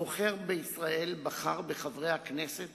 הבוחר בישראל בחר בחברי הכנסת